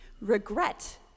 regret